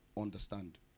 understand